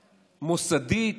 מוסדית,